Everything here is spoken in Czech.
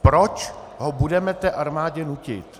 Proč ho budeme armádě nutit?